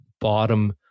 bottom